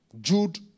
Jude